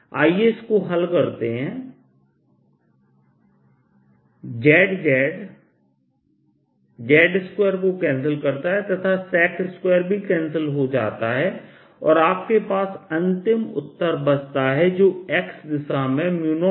आइए इसको हल करते हैं z z z2 को कैंसिल करता है तथा sec2भी कैंसिल हो जाता है और आपके पास अंतिम उत्तर बचता है जो x दिशा में 0K2 है